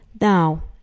now